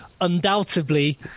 undoubtedly